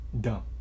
dumb